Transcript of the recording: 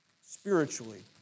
spiritually